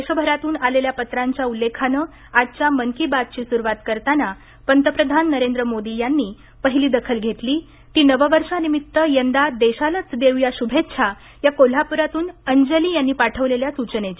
देशभरातून आलेल्या पत्रांच्या उल्लेखानं आजच्या मन की बातची सुरूवात करताना पंतप्रधान नरेंद्र मोदी यांनी पहिली दखल घेतली ती नववर्षानिमित्त यंदा देशालाच देऊ या शुभेच्छा या कोल्हापुरातून अंजली यांनी पाठवलेल्या सूचनेची